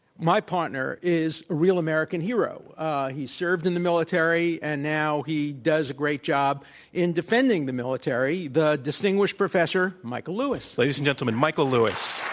my partner is a real american hero he served in the military. and now he does a great job in defending the military, the distinguished professor, michael lewis. ladies and gentlemen, michael lewis.